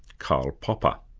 karl popper.